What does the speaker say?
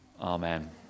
amen